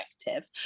effective